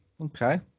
okay